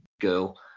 girl